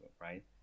right